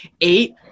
Eight-